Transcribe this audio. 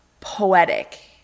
poetic